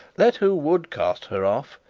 let who would cast her off,